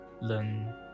learn